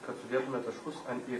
kad sudėtume taškus ant i